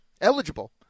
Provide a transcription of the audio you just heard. eligible